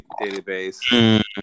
database